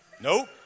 Nope